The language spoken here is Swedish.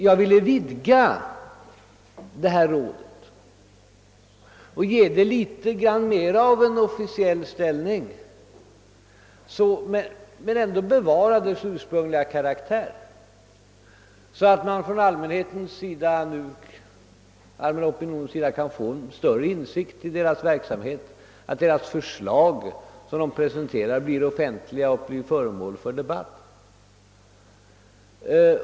Jag ville vidga rådet och ge det en litet mer officiell ställning men ändå bevara dess ursprungliga karaktär, så att den allmänna opinionen kan få större insyn i verksamheten och så att dess förslag blir offentliga och kan göras till föremål för debatt.